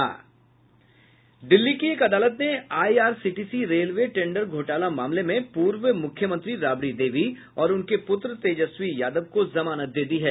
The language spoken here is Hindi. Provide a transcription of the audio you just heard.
दिल्ली की एक अदालत ने आईआरसीटीसी रेलवे टेंडर घोटाले मामले में पूर्व मुख्यमंत्री राबड़ी देवी और उनके पूत्र तेजस्वी यादव को जमानत दे दी है